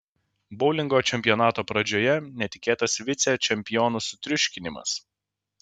boulingo čempionato pradžioje netikėtas vicečempionų sutriuškinimas